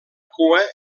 cua